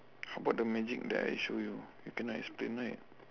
how about the magic that I show you cannot explain right